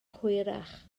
hwyrach